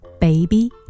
baby